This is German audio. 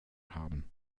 haben